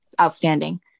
outstanding